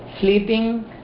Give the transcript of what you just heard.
sleeping